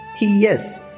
Yes